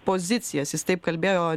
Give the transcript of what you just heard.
pozicijas jis taip kalbėjo